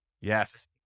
Yes